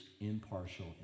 impartial